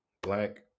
black